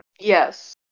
Yes